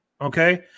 Okay